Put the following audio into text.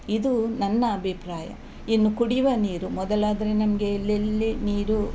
ಇದು ನನ್ನ ಅಭಿಪ್ರಾಯ ಇನ್ನು ಕುಡಿಯುವ ನೀರು ಮೊದಲಾದರೆ ನಮಗೆ ಎಲ್ಲೆಲ್ಲಿ ನೀರು